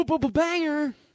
Banger